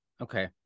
Okay